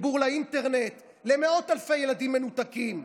לחיבור לאינטרנט למאות אלפי ילדים מנותקים.